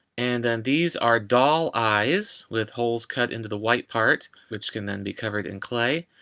and then these are doll eyes with holes cut into the white part which can then be covered in clay.